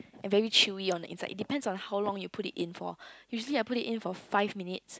and very chewy on the inside it depends on how long you put it in for usually I put it in for five minutes